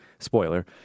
Spoiler